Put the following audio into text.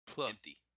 empty